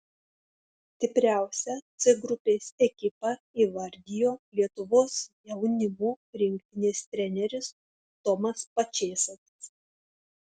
stipriausią c grupės ekipą įvardijo lietuvos jaunimo rinktinės treneris tomas pačėsas